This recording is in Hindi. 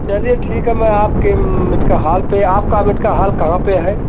चलिए ठीक है मैं आपके मेडका हॉल पर आपका मेडका हॉल कहाँ पर है